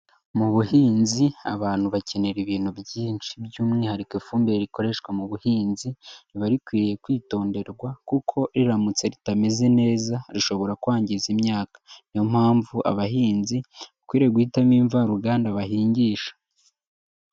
Mu buhinzi abantu bakenera ibintu byinshi, by'umwihariko ifumbire rikoreshwa mu buhinzi riba rikwiriye kwitonderwa kuko riramutse ritameze neza rishobora kwangiza imyaka. Ni yo mpamvu abahinzi bakwiriye guhitamo imvaruganda bahingisha.